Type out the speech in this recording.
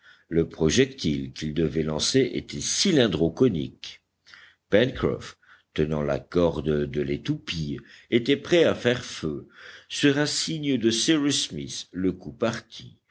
le projectile qu'ils devaient lancer était cylindro conique pencroff tenant la corde de l'étoupille était prêt à faire feu sur un signe de cyrus smith le coup partit